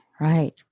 right